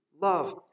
love